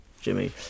Jimmy